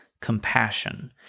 compassion